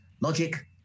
logic